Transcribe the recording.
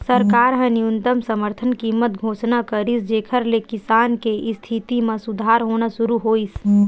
सरकार ह न्यूनतम समरथन कीमत घोसना करिस जेखर ले किसान के इस्थिति म सुधार होना सुरू होइस